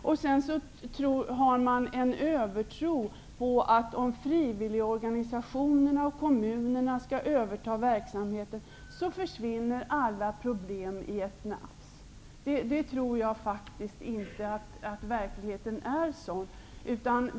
Man har också en övertro på att om frivilligorganisationerna och kommunerna skulle överta verksamheten så skulle alla problem försvinna i ett nafs. Jag tror faktiskt inte att verkligheten är sådan.